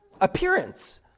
appearance